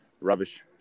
rubbish